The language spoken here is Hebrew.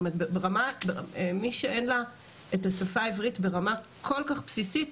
כלומר מי שאין לה את השפה העברית ברמה כל כך בסיסית,